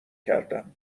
کردم